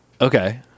Okay